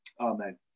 Amen